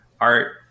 art